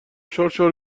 شرشر